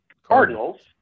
Cardinals